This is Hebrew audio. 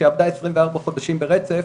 שהיא עבדה 24 חודשים ברצף